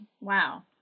Wow